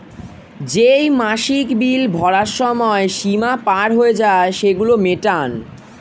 যেই মাসিক বিল ভরার সময় সীমা পার হয়ে যায়, সেগুলো মেটান